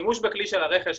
שימוש בכלי של הרכש,